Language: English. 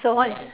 so what is